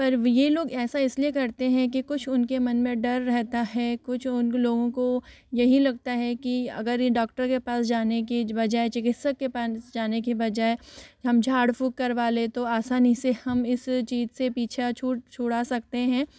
पर ये लोग ऐसा इसलिए करते हैं के कुछ उनके मन में डर रहता है कुछ उन लोगों को यही लगता है की अगर ये डॉक्टर के पास जाने की बजाय चिकित्सक के पास जाने के बजाय हम झाड़ फूँक करवा लें तो आसानी से हम इस चीज़ से पीछा छूट छुड़ा सकतें है